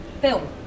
film